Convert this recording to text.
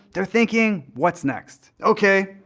they're thinking what's next. okay,